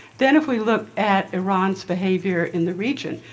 then if we look at iran's behavior in the region,